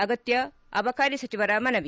ಅಗತ್ಯ ಅಬಕಾರಿ ಸಚಿವರ ಮನವಿ